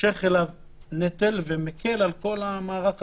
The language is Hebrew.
מושך אליו נטל ומקל על כל המערך הזה.